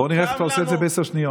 בוא נראה איך אתה עושה את זה בעשר שניות.